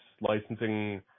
licensing